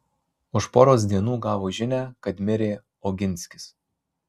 už poros dienų gavo žinią kad mirė oginskis